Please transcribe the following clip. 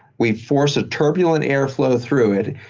we force a turbulent airflow through it.